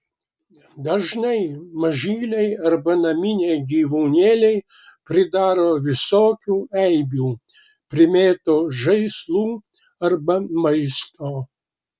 dažnai mažyliai arba naminiai gyvūnėliai pridaro visokių eibių primėto žaislų arba maisto